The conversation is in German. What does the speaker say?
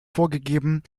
vorgegeben